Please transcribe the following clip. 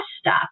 stop